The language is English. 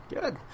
good